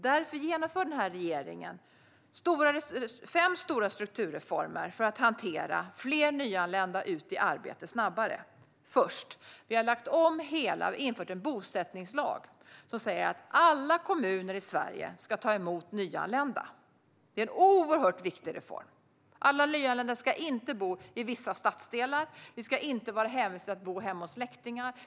Därför genomför regeringen fem stora strukturreformer för att få fler nyanlända ut i arbete snabbare. Den första är en bosättningslag som säger att alla kommuner i Sverige ska ta emot nyanlända. Det är en oerhört viktig reform. Alla nyanlända ska inte bo i vissa stadsdelar, och de ska inte vara hänvisade till att bo hemma hos släktingar.